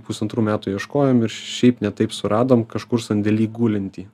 pusantrų metų ieškojom ir šiaip ne taip suradom kažkur sandėly gulintį